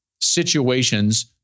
situations